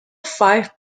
five